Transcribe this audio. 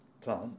plant